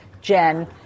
Jen